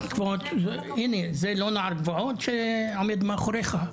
הנה זה לא נער גבעות שעומד מאחוריך?